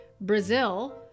brazil